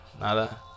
Nada